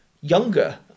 younger